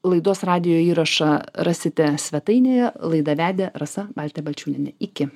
laidos radijo įrašą rasite svetainėje laidą vedė rasa baltė balčiūnienė iki